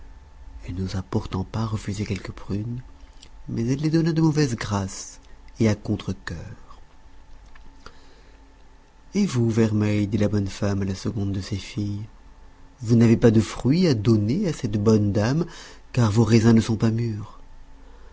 elle n'osa pourtant pas refuser quelques prunes mais elle les donna de mauvaise grâce et à contrecœur et vous vermeille dit la bonne femme à la seconde de ses filles vous n'avez pas de fruit à donner à cette bonne dame car vos raisins ne sont pas mûrs